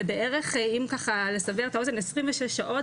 זה בערך אם ככה לסבר את האוזן עשרים ושש שעות,